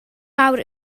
mawr